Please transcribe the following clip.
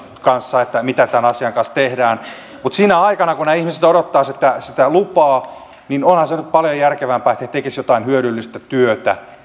kanssa mitä tämän asian kanssa tehdään mutta sinä aikana kun nämä ihmiset odottavat sitä sitä lupaa onhan se nyt paljon järkevämpää että he tekisivät jotain hyödyllistä työtä